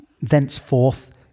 thenceforth